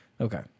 Okay